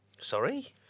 sorry